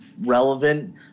relevant